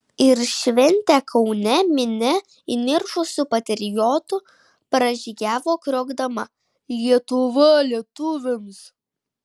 ir šventė kaune minia įniršusių patriotų pražygiavo kriokdama lietuva lietuviams